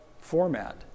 format